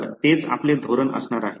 तर तेच आपले धोरण असणार आहे